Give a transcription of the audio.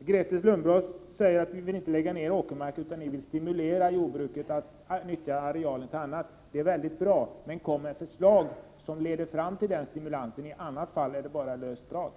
livsmedel av god kvalitet som säljs, men också förutsättningar för jordbrukarna att producera sådana. Vi vill inte lägga ned åkermark, utan stimulera jordbruket att nyttja arealen till annat, sade Grethe Lundblad. Det låter mycket bra, men kom med förslag som leder fram till denna stimulans! I annat fall är det bara löst prat.